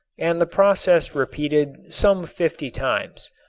and the process repeated some fifty times,